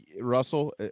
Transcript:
Russell